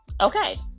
okay